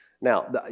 Now